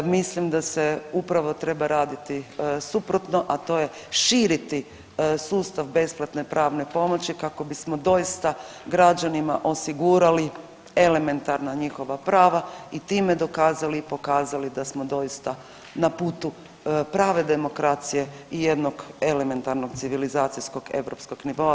Mislim da se upravo treba raditi suprotno, a to je širiti sustav besplatne pravne pomoći kako bismo doista građanima osigurali elementarna njihova prava i time dokazali i pokazali da smo doista na putu prave demokracije i jednog elementarnog civilizacijskog europskog nivoa.